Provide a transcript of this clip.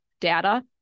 data